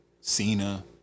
Cena